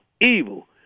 evil